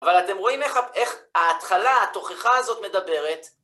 אבל אתם רואים איך ההתחלה, התוכחה הזאת מדברת.